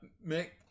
make